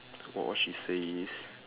what was she saying